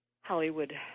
Hollywood